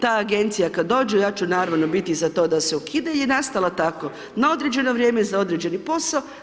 Ta agencija kada dođe, ja ću naravno biti za to da se ukida je nastala tako na određeno vrijeme za određeni posao.